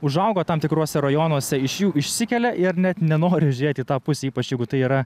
užaugo tam tikruose rajonuose iš jų išsikelia ir net nenori žiūrėti į tą pusę ypač jeigu tai yra